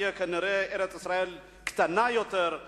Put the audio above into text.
כנראה ארץ-ישראל תהיה קטנה יותר,